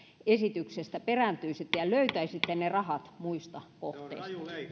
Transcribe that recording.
esityksestä perääntyisitte ja löytäisitte ne rahat muista kohteista